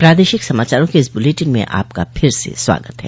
प्रादेशिक समाचारों के इस बुलेटिन में आपका फिर से स्वागत है